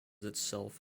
itself